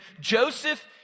Joseph